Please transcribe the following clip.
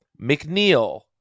McNeil